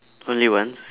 only once